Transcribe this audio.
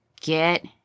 Get